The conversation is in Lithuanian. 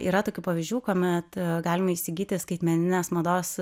yra tokių pavyzdžių kuomet galima įsigyti skaitmeninės mados